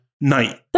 night